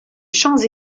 champs